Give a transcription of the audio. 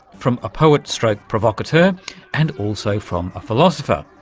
from a poet so like provocateur, and also from a philosopher.